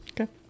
Okay